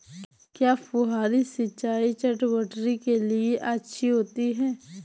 क्या फुहारी सिंचाई चटवटरी के लिए अच्छी होती है?